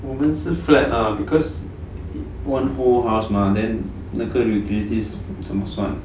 我们是 flat lah because one whole house mah then 那个 utilities 怎么算